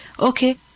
okay